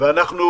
ואנחנו